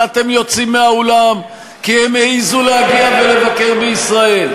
ואתם יוצאים מהאולם כי הם העזו להגיע ולבקר בישראל.